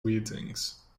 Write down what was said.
readings